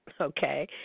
Okay